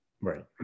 Right